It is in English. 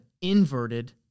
inverted